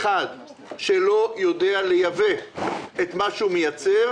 שלא יודע לייבא את מה שהוא מייצר,